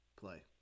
play